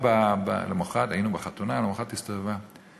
היינו בחתונה, למחרת היא הסתובבה: